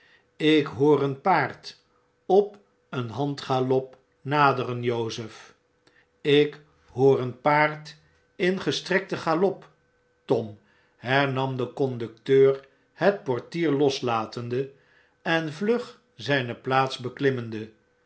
ik hoor een paard op een handgalop naderen jozef ik hoor een paard in gestrekten galop tom hernam de conducteur het portier loslatende en vlug zjjne plaats beklimmende